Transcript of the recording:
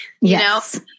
Yes